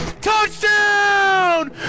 Touchdown